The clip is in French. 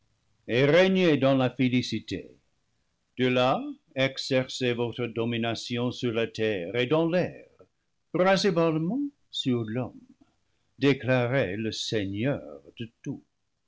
et régnez dans la félicité de là exercez votre domination sur la terre et dans l'air principalement sur l'homme déclaré le seigneur de tout